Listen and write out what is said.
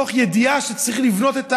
מתוך ידיעה שצריך לבנות את הארץ,